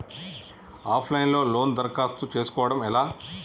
Of line లో loan దరఖాస్తు చేసుకోవడం ఎలా?